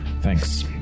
Thanks